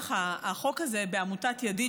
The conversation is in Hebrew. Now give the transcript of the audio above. לצורך החוק הזה בעמותת ידיד,